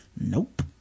Nope